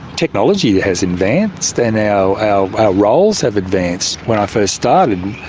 technology has advanced and our roles have advanced. when i first started,